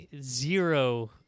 zero